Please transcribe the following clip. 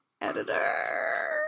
editor